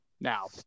Now